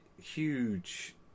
huge